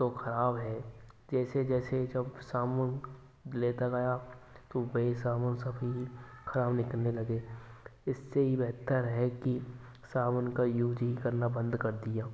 तो खराब है जैसे जैसे जब साबुन लेता गया तो वही साबुन खराब निकलने लगे इससे यही बेहतर है कि साबुन का यूज ही करना बंद कर दिया